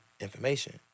information